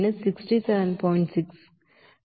6